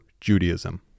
Judaism